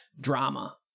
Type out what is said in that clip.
drama